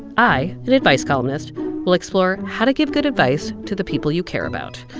i an advice columnist will explore how to give good advice to the people you care about.